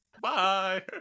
Bye